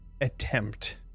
attempt